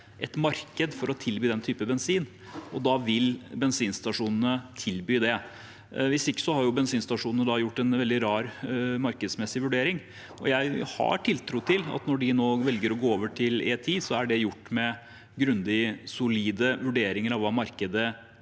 et marked for å tilby den type bensin, og da vil bensinstasjonene tilby det. Hvis ikke har bensinstasjonene gjort en veldig rar markedsmessig vurdering. Jeg har tiltro til at når de nå velger å gå over til E10, er det gjort med grundige, solide vurderinger av hva markedet